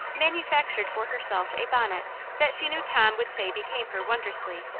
manufactured for her self a bonnet that she knew tom would say became her wondrously,